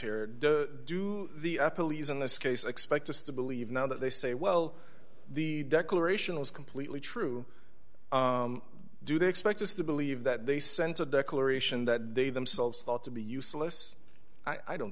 e's in this case expect us to believe now that they say well the declaration is completely true do they expect us to believe that they sent a declaration that they themselves thought to be useless i don't